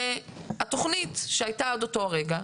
שהתכנית שהייתה עד אותו רגע,